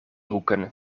hoeken